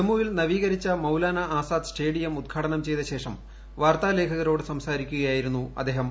ജമ്മുവിൽ നവീകരിച്ച മൌലാന ആസാദ് സ്റ്റേഡിയം ഉദ്ഘാടനം ചെയ്തശേഷം വാർത്താലേഖകരോട് സ്ട്സ്ട്രിക്കുകയായിരുന്നു അദ്ദേഹം